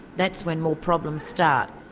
that's when more problems start.